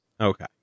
Okay